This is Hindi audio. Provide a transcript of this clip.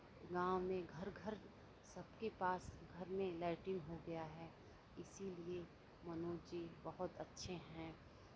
गांव में घर घर सबके पास घर में लैट्रिन हो गया है इसीलिए मनोज जी बहुत अच्छे हैं